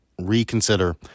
Reconsider